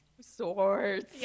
swords